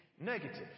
negative